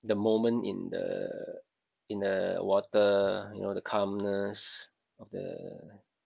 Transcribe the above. the moment in the in the water you know the calmness of the